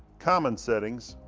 common settings.